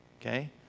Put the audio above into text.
Okay